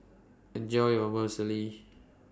Enjoy your